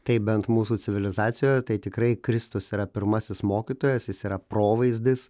taip bent mūsų civilizacijoje tai tikrai kristus yra pirmasis mokytojas jis yra provaizdis